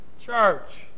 church